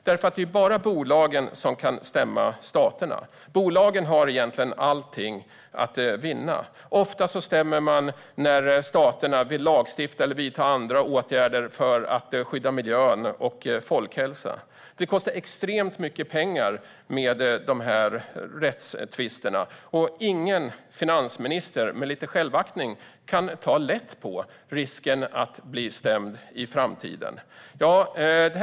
Det är nämligen bara bolagen som kan stämma staterna. Bolagen har allt att vinna. Ofta stämmer man när staterna vill lagstifta eller vidta andra åtgärder för att skydda miljön och folkhälsan. Dessa rättstvister kostar extremt mycket pengar, och ingen finansminister med lite självaktning kan ta lätt på risken att bli stämd i framtiden.